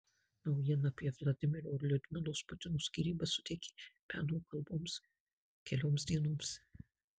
naujiena apie vladimiro ir liudmilos putinų skyrybas suteikė peno kalboms kelioms dienoms